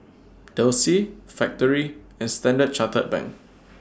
Delsey Factorie and Standard Chartered Bank